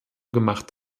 gemacht